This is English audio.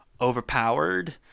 overpowered